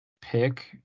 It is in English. pick